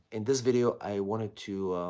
in this video, i wanted to